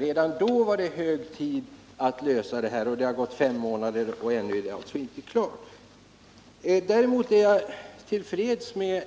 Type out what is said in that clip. Redan då var det hög tid att lösa problemen. Det har nu gått fem månader, och ännu är det inte klart. Däremot är jag till freds med